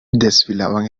desfilaban